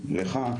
לך,